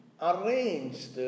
arranged